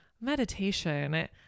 meditation